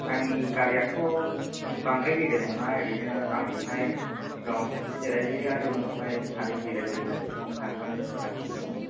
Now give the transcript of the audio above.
आंनि गारियाथ' बांद्राय गेदेर नङा ओरैनो आंजोंहाय सिगाङाव सासे जिराय जायो आरो उनावहाय सानै जिराय जायो आरो साथामनि केपासिटि दङ